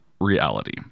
reality